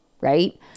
right